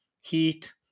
Heat